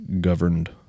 governed